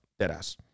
Deadass